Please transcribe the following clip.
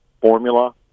formula